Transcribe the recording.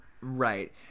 Right